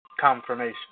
Confirmation